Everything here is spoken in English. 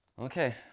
Okay